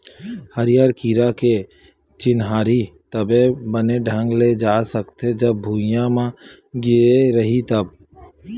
हरियर कीरा के चिन्हारी तभे बने ढंग ले जा सकथे, जब भूइयाँ म गिरे रइही तब